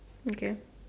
okay